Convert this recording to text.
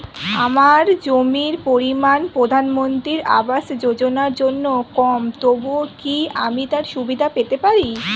আমার জমির পরিমাণ প্রধানমন্ত্রী আবাস যোজনার জন্য কম তবুও কি আমি তার সুবিধা পেতে পারি?